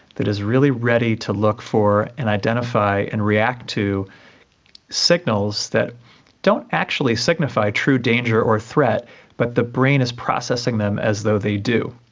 that is really ready to look for and identify and react to signals that don't actually signify a true danger or threat but the brain is processing them as though they do.